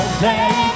play